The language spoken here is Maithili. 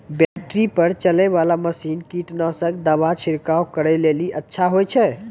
बैटरी पर चलै वाला मसीन कीटनासक दवा छिड़काव करै लेली अच्छा होय छै?